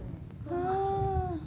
oh